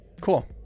Cool